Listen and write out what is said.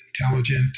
intelligent